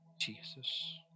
Jesus